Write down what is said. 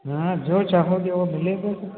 यहाँ जो चाहोगे वो मिलेगा